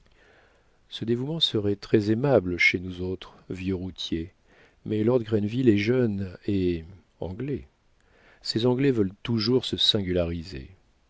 ce dévouement serait très estimable chez nous autres vieux routiers mais lord grenville est jeune et anglais ces anglais veulent toujours se singulariser